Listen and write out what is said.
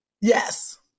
Yes